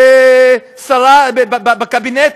בקבינט?